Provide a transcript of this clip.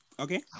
Okay